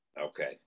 Okay